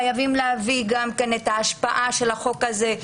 חייבים להבין את ההשפעה של החוק הזה-